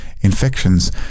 infections